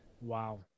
Wow